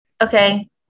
Okay